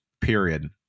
period